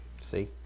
see